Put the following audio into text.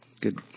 good